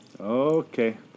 Okay